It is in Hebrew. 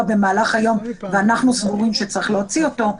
במהלך היום ואנחנו סבורים שצריך להוציא אותו,